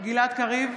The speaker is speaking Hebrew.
גלעד קריב,